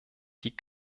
die